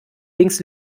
links